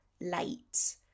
late